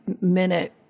minute